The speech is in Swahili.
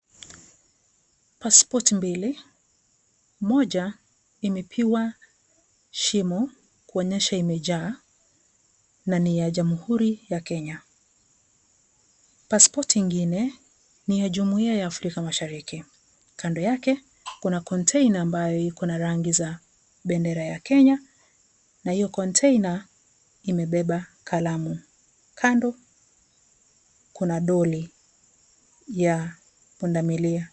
Paspoti mbili moja imepigwa shimo kuonyesha imejaa, na ni ya jamhhuri ya Kenya, paspoti ingine ni ya jumuiya ya afrika mashariki. Kando yake Kuna container ambaye Iko na rangi ya bendera ya Kenya na iyo container imebeba kalamu. Kando Kuna doli ya punda milia.